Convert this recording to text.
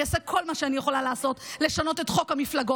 אני אעשה כל מה שאני יכולה לעשות כדי לשנות את חוק המפלגות,